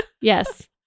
yes